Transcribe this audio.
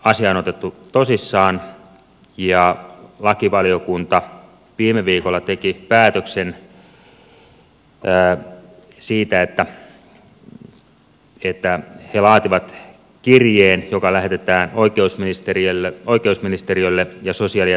asia on otettu tosissaan ja lakivaliokunta viime viikolla teki päätöksen siitä että he laativat kirjeen joka lähetetään oikeusministeriölle ja sosiaali ja terveysministeriölle